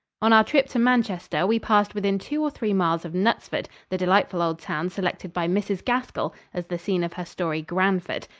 on our trip to manchester we passed within two or three miles of knutsford, the delightful old town selected by mrs. gaskell as the scene of her story, granford.